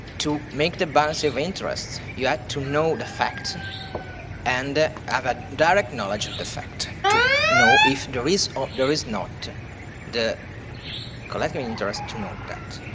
to make the balance of interests, you have to know the fact and have a direct knowledge of the fact to know if there is or there is not the collateral interest to know that.